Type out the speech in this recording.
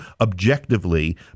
objectively